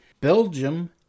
Belgium